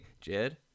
Jed